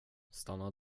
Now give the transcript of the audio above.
stanna